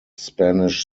spanish